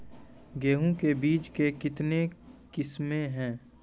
गेहूँ के बीज के कितने किसमें है?